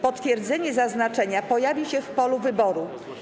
Potwierdzenie zaznaczenia pojawi się w polu wyboru.